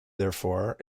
therefore